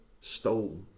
stole